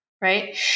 Right